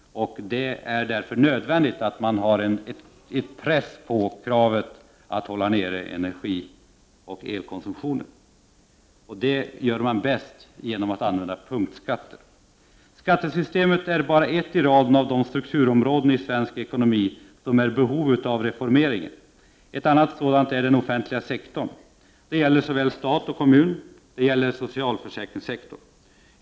Det är därför nödvändigt att ha en press bakom kravet att hålla nere energioch elkonsumtionen. Det gör man bäst genom att använda punktskatter. Skattesystemet är bara ett i raden av de strukturområden i svensk ekonomi som är i behov av reformering. Ett annat sådant är den offentliga sektorn. Det gäller såväl stat och kommun som socialförsäkringssektorn.